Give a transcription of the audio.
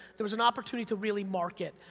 there was an opportunity to really market.